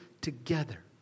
together